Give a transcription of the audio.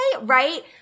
right